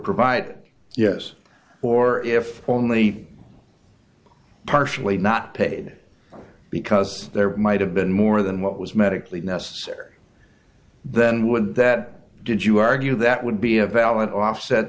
provided yes or if only partially not paid because there might have been more than what was medically necessary then would that did you argue that would be a valid offset